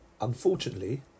Unfortunately